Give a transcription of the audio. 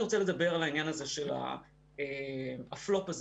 אני רוצה לדבר על העניין הזה של הפלופ הזה